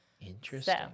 Interesting